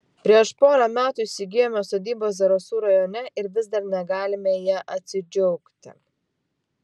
prieš porą metų įsigijome sodybą zarasų rajone ir vis dar negalime ja atsidžiaugti